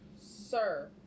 sir